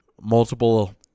Multiple